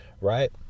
right